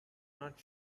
not